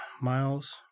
Miles